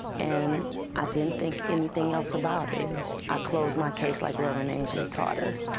and i didn't think anything else about it i closed my case like rev. and angley's taught us.